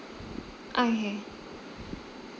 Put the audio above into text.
okay